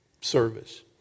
service